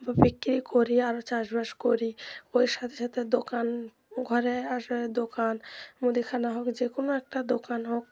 বিক্রি করি আরও চাষবাস করি ওর সাথে সাথে দোকান ঘরে আসলে দোকান মুদিখানা হোক যে কোনো একটা দোকান হোক